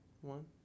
one